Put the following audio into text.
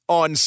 on